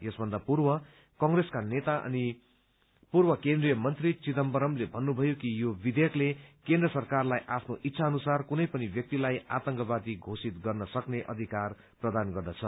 यसभन्दा पूर्व कंग्रेसका नेता अनि पूर्व केन्द्रीय मन्त्री चिदम्बरमले भन्नुभयो कि यो विधेयकले केन्द्र सरकारलाई आफ्नो इच्छा अनुसार कुनै पनि व्यक्तिलाई आतंकवादी घोषित गर्न सक्ने अधिकार प्रदान गर्दछ